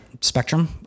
spectrum